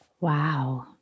Wow